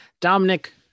Dominic